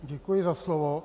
Děkuji za slovo.